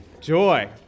Joy